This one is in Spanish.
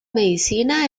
medicina